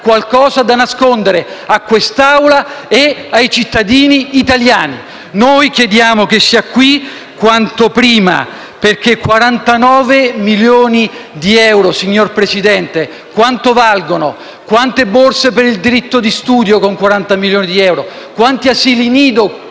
qualcosa da nascondere a quest'Assemblea e ai cittadini italiani. Chiediamo che sia qui quanto prima, perché 49 milioni di euro, signor Presidente, quanto valgono? Quante borse per il diritto allo studio, con 49 milioni di euro, quanti asili nido,